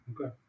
Okay